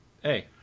Hey